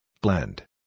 blend